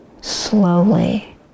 slowly